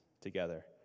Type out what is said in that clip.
together